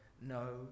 No